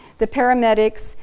the paramedics,